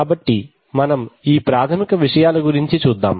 కాబట్టి మనం ఈ ప్రాథమిక విషయాల గురించి చూద్దాం